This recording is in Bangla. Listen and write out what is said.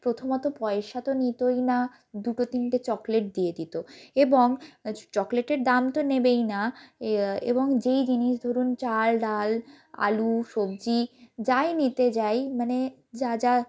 প্রথমত পয়সা তো নিতোই না দুটো তিনটে চকলেট দিয়ে দিতো এবং চকলেটের দাম তো নেবেই না এবং যেই জিনিস ধরুন চাল ডাল আলু সবজি যাই নিতে যাই মানে যা যা